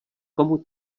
komu